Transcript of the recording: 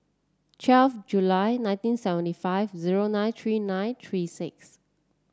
twelve July nineteen seventy five zero nine three nine three six